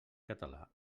català